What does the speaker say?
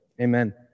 Amen